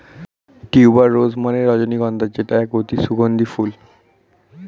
tuber rose মানে রজনীগন্ধা যেটা এক অতি সুগন্ধি ফুল